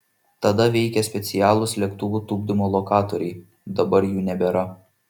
tada veikė specialūs lėktuvų tupdymo lokatoriai dabar jų nebėra